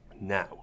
Now